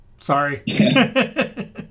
sorry